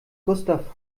gustav